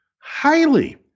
highly